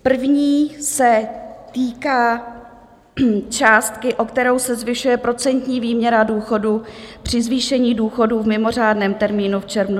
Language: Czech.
První se týká částky, o kterou se zvyšuje procentní výměra důchodů při zvýšení důchodů v mimořádném termínu v červnu 2023.